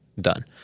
done